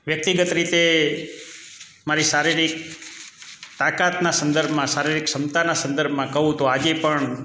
વ્યક્તિગત રીતે મારી શારીરિક તાકાતના સંદર્ભમાં શારીરિક કહું તો આજે પણ